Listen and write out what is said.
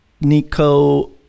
Nico